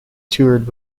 toured